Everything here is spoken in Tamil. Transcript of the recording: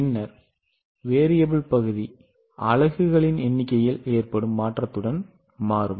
பின்னர் மாறி பகுதி அலகுகளின் எண்ணிக்கையில் ஏற்படும் மாற்றத்துடன் மாறும்